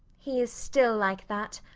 he is still like that,